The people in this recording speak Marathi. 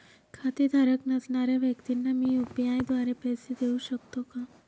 खातेधारक नसणाऱ्या व्यक्तींना मी यू.पी.आय द्वारे पैसे देऊ शकतो का?